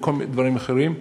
כל מיני דברים אחרים.